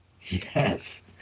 Yes